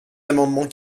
amendements